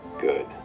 Good